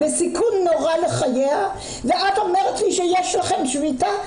בסיכון נורא לחייה את אומרת לי שיש לכם שביתה?